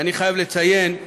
אני חייב לציין,